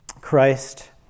Christ